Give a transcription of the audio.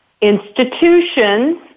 institutions